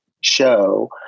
show